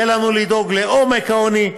יהיה לנו לדאוג לעומק העוני,